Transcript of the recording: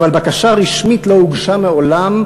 אבל בקשה רשמית לא הוגשה מעולם,